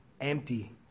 empty